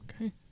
Okay